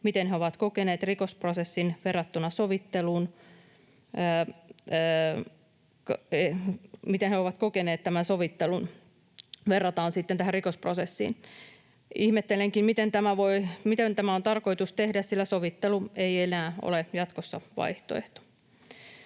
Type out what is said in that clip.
miten he ovat kokeneet tämän sovittelun, verrataan sitten tähän rikosprosessiin. Ihmettelenkin, miten tämä on tarkoitus tehdä, sillä sovittelu ei enää jatkossa ole vaihtoehto.